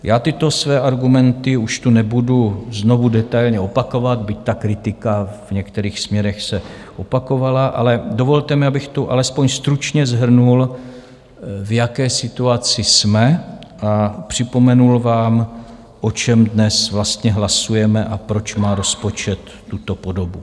Já tyto své argumenty už tu nebudu znovu detailně opakovat, byť kritika se v některých směrech opakovala, ale dovolte mi, abych tu alespoň stručně shrnul, v jaké situaci jsme, a připomenul vám, o čem dnes vlastně hlasujeme a proč má rozpočet tuto podobu.